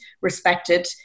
respected